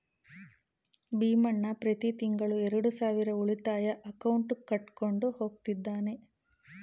ಭೀಮಣ್ಣ ಪ್ರತಿ ತಿಂಗಳು ಎರಡು ಸಾವಿರ ಉಳಿತಾಯ ಅಕೌಂಟ್ಗೆ ಕಟ್ಕೊಂಡು ಹೋಗ್ತಿದ್ದಾನೆ